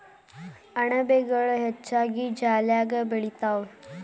ಅಣಬೆಗಳು ಹೆಚ್ಚಾಗಿ ಜಾಲ್ಯಾಗ ಬೆಳಿತಾವ